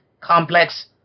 complex